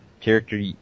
character